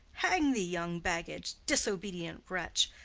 hang thee, young baggage! disobedient wretch!